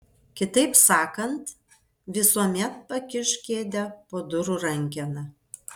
kitaip sakant visuomet pakišk kėdę po durų rankena